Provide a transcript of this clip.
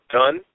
done